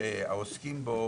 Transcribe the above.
שהעוסקים בו